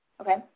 Okay